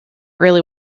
really